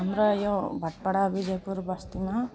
हाम्रो यो भाटपाडा विजयपुर बस्तीमा